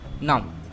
Now